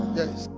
yes